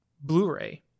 Blu-ray